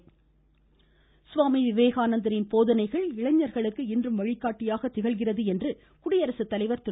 குடியரசுத்தலைவர் சுவாமி விவேகானந்தரின் போதனைகள் இளைஞர்களுக்கு இன்றும் வழிகாட்டியாக திகழ்கிறது என்று குடியரசுத்தலைவர் திரு